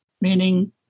meaning